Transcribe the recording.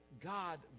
God